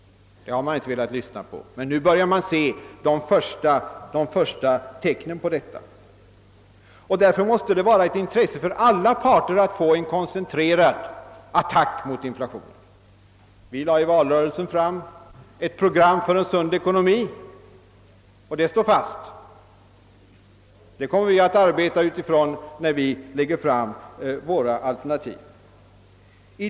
Det har man inte velat lyssna på. Men nu börjar de första tecknen härpå att visa sig. Det måste därför vara av intresse för alla parter att åstadkomma en koncentrerad attack mot inflationen. Vi lade i valrörelsen fram ett program för en sund ekonomi. Det står fast. Det kommer vi att arbeta efter när vi lägger fram våra alternativ.